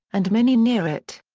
and many near it.